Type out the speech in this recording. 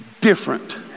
Different